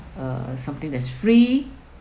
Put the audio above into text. uh something that's free